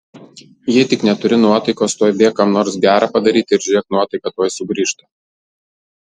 jei tik neturi nuotaikos tuoj bėk kam nors gera padaryk ir žiūrėk nuotaika tuoj sugrįžta